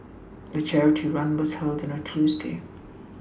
the charity run was held on a Tuesday